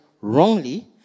wrongly